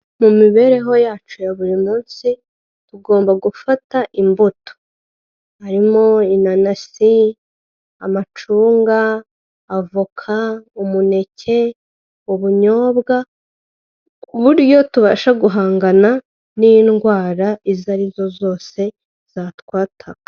Mu mibereho yacu ya buri munsi tugomba gufata imbuto harimo inanasi, amacunga, avoka, umuneke, ubunyobwa ku buryo tubasha guhangana n'indwara izo arizo zose zatwataka.